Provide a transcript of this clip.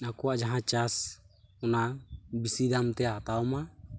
ᱟᱠᱚᱣᱟᱜ ᱡᱟᱦᱟᱸ ᱪᱟᱥ ᱚᱱᱟ ᱵᱤᱥᱤ ᱫᱟᱢᱛᱮ ᱦᱟᱛᱟᱣ ᱢᱟ